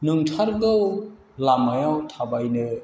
नंथारगौ लामायाव थाबायनो